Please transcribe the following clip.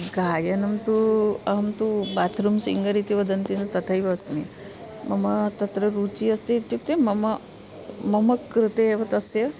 गायनं तु अहं तु बात्रूम् सिङ्गर् इति वदन्ति तथैव अस्मि मम तत्र रुचिः अस्ति इत्युक्ते मम मम कृते एव तस्य